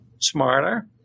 smarter